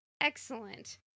Excellent